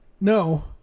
No